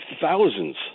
thousands